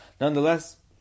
nonetheless